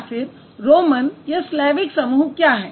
या फिर रोमन या स्लैविक समूह क्या है